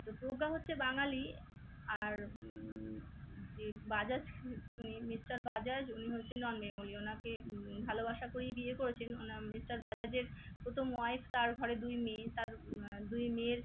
তো প্রজ্ঞা হচ্ছে বাঙালি আর যে বাজাজ উ উনি মিস্টার বাজাজ উনি হচ্ছেন নন বেঙ্গলি ওনাকে ভালোবাসা করেই বিয়ে করেছেন ওনার মিস্টার বাজাজের প্রথম ওয়াইফ তার ঘরে দুই মেয়ে তার দুই মেয়ের